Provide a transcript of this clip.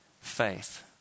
faith